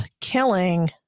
killing